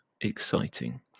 exciting